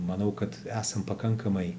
manau kad esam pakankamai